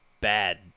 bad